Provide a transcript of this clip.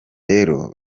rero